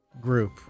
group